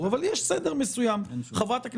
אבל אני לא רואה פה את כלפון.